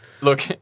Look